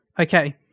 Okay